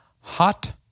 Hot